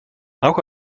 auch